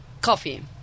coffee